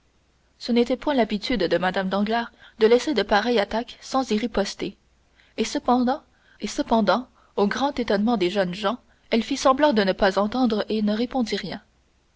ce n'était pas l'habitude de mme danglars de laisser passer de pareilles attaques sans y riposter et cependant au grand étonnement des jeunes gens elle fit semblant de ne pas entendre et ne répondit rien